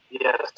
yes